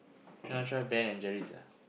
you want to try Ben-and-Jerry's ah